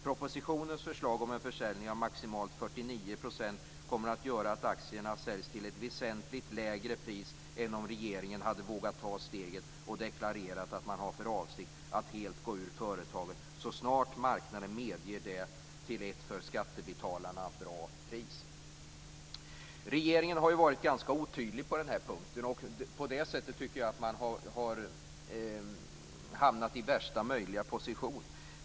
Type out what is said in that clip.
Propositionens förslag om en försäljning av maximalt 49 % kommer att göra att aktierna säljs till ett väsentligt lägre pris än om regeringen hade vågat ta steget och deklarerat att man har för avsikt att helt gå ur företaget så snart marknaden medger det till ett för skattebetalarna bra pris. Regeringen har varit ganska otydlig på den här punkten. På det sättet har man hamnat i värsta möjliga position.